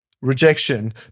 rejection